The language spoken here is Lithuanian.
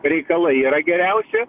reikalai yra geriausi